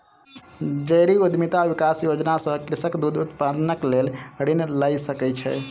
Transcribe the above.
dairy उद्यमिता विकास योजना सॅ कृषक दूध उत्पादनक लेल ऋण लय सकै छै